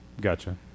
gotcha